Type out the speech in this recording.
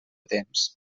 temps